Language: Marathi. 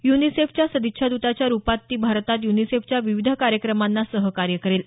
युनिसेफच्या सदिच्छादताच्या रुपात ती भारतात य्निसेफच्या विविध कार्यक्रमांना सहकार्य करेल